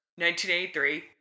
1983